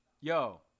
Yo